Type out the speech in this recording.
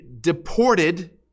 deported